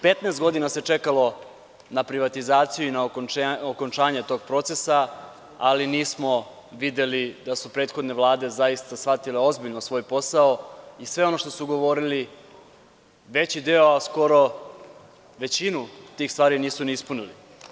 Petnaest godina se čekalo na privatizaciju i na okončanje tog procesa, ali nismo videli da su prethodne Vlade zaista shvatile svoj posao i sve ono što su govorili, veći deo skoro, većinu tih stvari nisu ni ispunili.